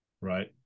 right